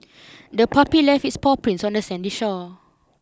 the puppy left its paw prints on the sandy shore